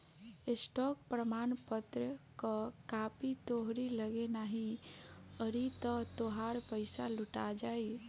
stock प्रमाणपत्र कअ copy तोहरी लगे नाही रही तअ तोहार पईसा लुटा जाई